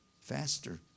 faster